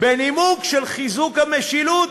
בנימוק של חיזוק המשילות,